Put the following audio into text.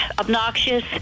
obnoxious